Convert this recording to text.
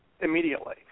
immediately